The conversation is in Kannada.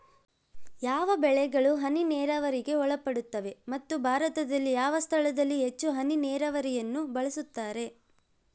ಯಾವ ಬೆಳೆಗಳು ಹನಿ ನೇರಾವರಿಗೆ ಒಳಪಡುತ್ತವೆ ಮತ್ತು ಭಾರತದಲ್ಲಿ ಯಾವ ಸ್ಥಳದಲ್ಲಿ ಹೆಚ್ಚು ಹನಿ ನೇರಾವರಿಯನ್ನು ಬಳಸುತ್ತಾರೆ?